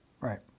Right